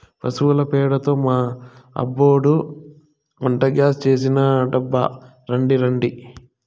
పశుల పెండతో మా అబ్బోడు వంటగ్యాస్ చేసినాడబ్బో రాండి రాండి